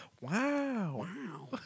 Wow